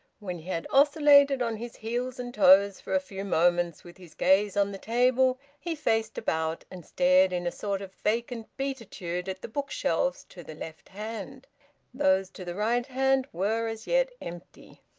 when he had oscillated on his heels and toes for a few moments with his gaze on the table, he faced about, and stared in a sort of vacant beatitude at the bookshelves to the left hand those to the right hand were as yet empty.